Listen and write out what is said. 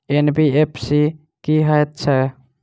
NBFC की हएत छै?